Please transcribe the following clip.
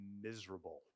miserable